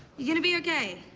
you're going to be ok.